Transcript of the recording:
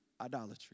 idolatry